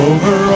Over